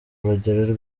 urugero